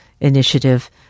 Initiative